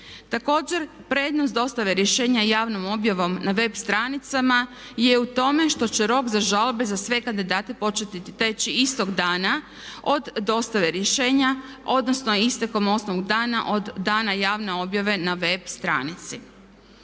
Također prednost dostave rješenja javnom objavom na web stranicama je u tome što će rok za žalbe za sve kandidate početi teći istog dana od dostave rješenja odnosno istekom od ostalog dana, od dana javne objave na web stranici.